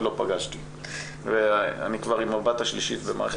אני גם עוד לא פגשתי ואני כבר עם הבת השלישית במערכת